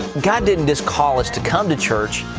god didn't just call us to come to church,